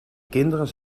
kinderen